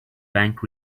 bank